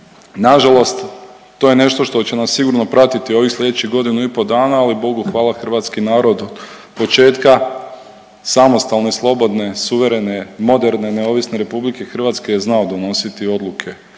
Nažalost to je nešto što će nas sigurno pratiti ovih slijedećih godinu i po dana, ali Bogu hvala hrvatski narod od početka samostalne i slobodne suverene moderne neovisne RH je znao donositi odluke